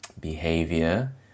behavior